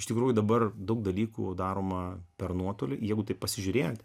iš tikrųjų dabar daug dalykų daroma per nuotolį jeigu taip pasižiūrėt